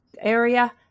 area